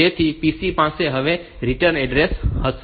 તેથી PC પાસે હવે રીટર્ન અડ્રેસ હશે